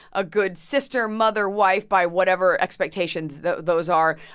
a good sister, mother, wife, by whatever expectations those those are.